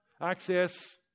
access